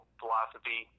philosophy